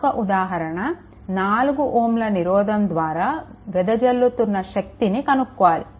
మరొక ఉదాహరణ 4 Ω నిరోధకం ద్వారా వెదజల్లుతున్న శక్తిని కనుక్కోవాలి